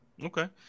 Okay